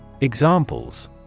Examples